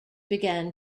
began